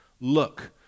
Look